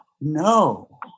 No